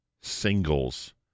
singles